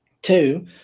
Two